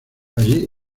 allí